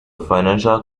financial